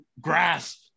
grasp